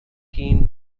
keen